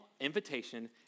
invitation